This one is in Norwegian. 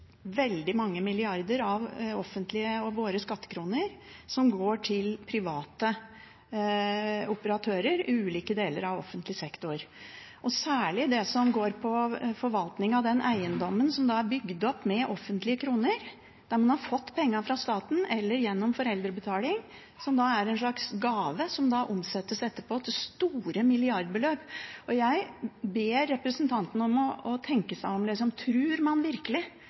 veldig mange milliarder offentlige – våre – skattekroner til private operatører i ulike deler av offentlig sektor, særlig det som går på forvaltning av den eiendommen som er bygd opp med offentlige kroner, der en har fått penger fra staten eller gjennom foreldrebetaling, som da er en slags gave som omsettes etterpå til store milliardbeløp. Jeg ber representanten om å tenke seg om. Tror man virkelig